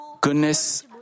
goodness